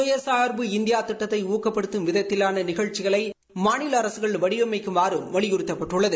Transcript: சுயசா்பு இந்தியா திட்டத்தை ஊக்கப்படுத்தும் விதத்திலான நிகழ்ச்சிகளை மாநில அரசுகள் வடிவமைக்குமாறும் வலியுறுத்தப்பட்டுள்ளது